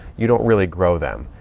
you don't really grow them.